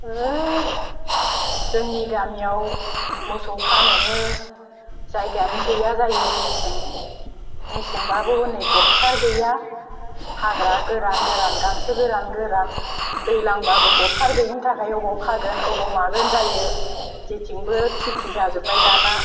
जोंनि गामियाव मोसौ खानोनो जायगायानो गैया जायो मेसेंबाबो हनै गबसार गैया हाग्रा गोरान गोरान गांसो गोरान गोरान दैज्लांबाबो गबसार गैयिनि थाखाय बबाव खागोन बबाव मागोन जायो जेथिंबो खेथि जाजोबबाय दानिया